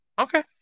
okay